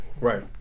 right